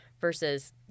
versus